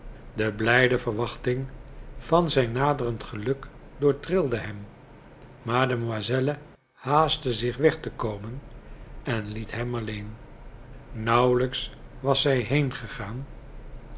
de blijde verwachting van zijn naderend geluk doortrilde hem mademoiselle haastte zich weg te komen en liet hem alleen nauwelijks was zij